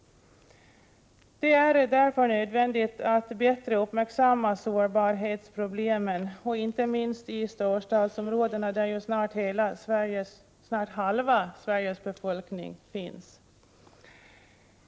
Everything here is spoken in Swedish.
Det är därför nödvändigt att bättre uppmärksamma sårbarhetsproblemen, inte minst i storstadsområdena där ju snart halva Sveriges befolkning finns.